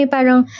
Parang